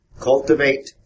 Cultivate